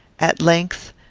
at length,